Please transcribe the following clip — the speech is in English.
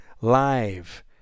Live